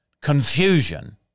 confusion